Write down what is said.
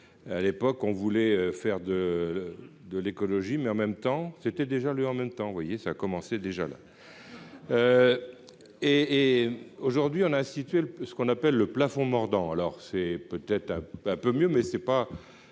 à l'époque, on voulait faire de de l'écologie, mais en même temps, c'était déjà lui en même temps, vous voyez, ça a commencé déjà là et aujourd'hui on a institué le ce qu'on appelle le plafond mordant, alors c'est peut-être un peu mieux mais c'est pas